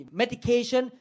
medication